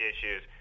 issues